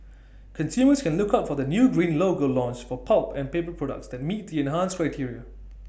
consumers can look out for the new green logo launched for pulp and paper products that meet the enhanced criteria